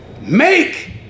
make